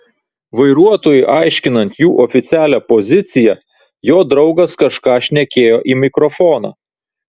vairuotojui aiškinant jų oficialią poziciją jo draugas kažką šnekėjo į mikrofoną